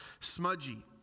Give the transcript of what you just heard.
smudgy